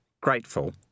grateful